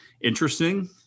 interesting